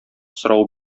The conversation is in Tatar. сорау